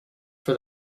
for